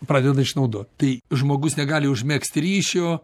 pradeda išnaudot tai žmogus negali užmegzti ryšio